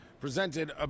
presented